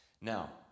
Now